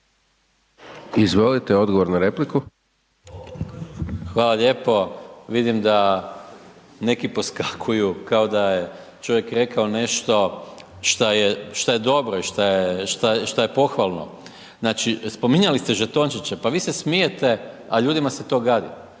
Izvolite odgovor na repliku. **Maras, Gordan (SDP)** Hvala lijepo. Vidim da neki poskakuju kao da je čovjek rekao nešto šta je dobro i šta je pohvalno. Znači, spominjali ste žetončiće, pa vi se smijete, a ljudima se to gadi,